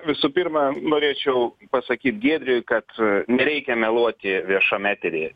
visų pirma norėčiau pasakyt giedriui kad nereikia meluoti viešam etery